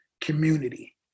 community